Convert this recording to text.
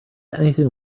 anything